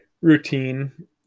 routine